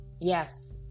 yes